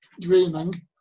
dreaming